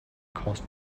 cost